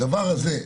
והדבר הזה,